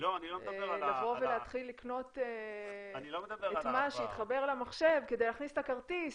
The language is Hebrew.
לבוא ולהתחיל לקנות את מה שיתחבר למחשב כדי להכניס את הכרטיס,